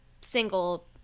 single